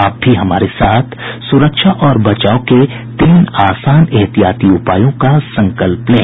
आप भी हमारे साथ सुरक्षा और बचाव के तीन आसान एहतियाती उपायों का संकल्प लें